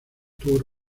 tour